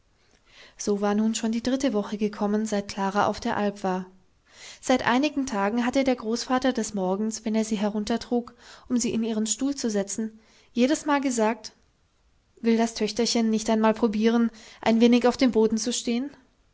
so war nun schon die dritte woche gekommen seit klara auf der alp war seit einigen tagen hatte der großvater des morgens wenn er sie heruntertrug um sie in ihren stuhl zu setzen jedesmal gesagt will das töchterchen nicht einmal probieren ein wenig auf dem boden zu stehen